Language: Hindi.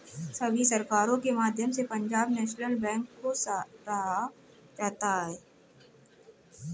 सभी सरकारों के माध्यम से पंजाब नैशनल बैंक को सराहा जाता रहा है